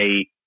eight